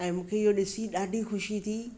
ऐं मूंखे इहो ॾिसी ॾाढी ख़ुशी थी